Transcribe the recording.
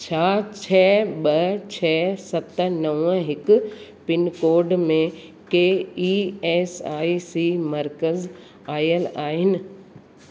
छा छह ॿ छह सत नव हिकु पिनकोड में के ई एस आई सी मर्कज़ आयल आहिनि